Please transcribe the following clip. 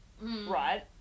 right